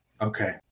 Okay